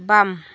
bam